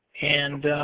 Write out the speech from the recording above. and